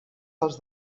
dels